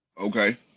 Okay